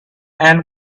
ant